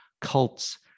cults